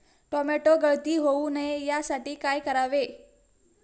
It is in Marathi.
टोमॅटो गळती होऊ नये यासाठी काय करावे?